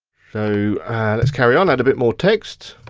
so let's carry on, add a bit more text.